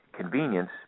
convenience